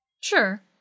Sure